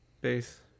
base